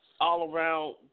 all-around